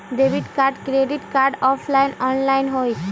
Debit card credit card offline online होई?